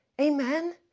Amen